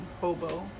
hobo